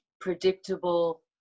predictable